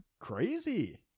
Crazy